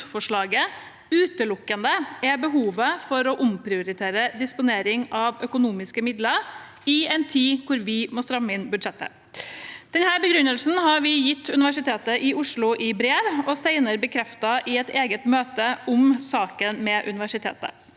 utelukkende er behovet for å omprioritere disponering av økonomiske midler i en tid da vi må stramme inn budsjettet. Denne begrunnelsen har vi gitt Universitetet i Oslo i brev, og senere bekreftet i et eget møte om saken med universitetet.